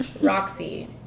Roxy